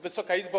Wysoka Izbo!